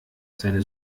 seine